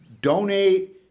donate